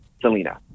Selena